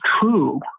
true